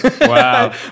Wow